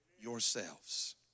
yourselves